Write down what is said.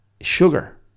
sugar